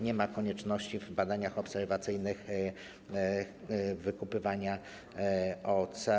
Nie ma konieczności w badaniach obserwacyjnych wykupywania OC.